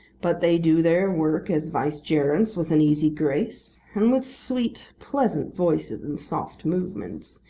but they do their work as vicegerents with an easy grace, and with sweet pleasant voices and soft movements,